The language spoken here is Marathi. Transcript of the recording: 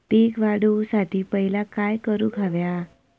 पीक वाढवुसाठी पहिला काय करूक हव्या?